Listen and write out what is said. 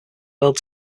world